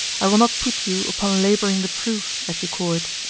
i will not put you upon labouring the proof, as you call it.